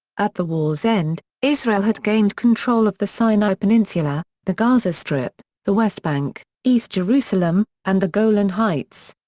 at the war's end, israel had gained control of the sinai peninsula, the gaza strip, the west bank, east jerusalem, and the golan heights.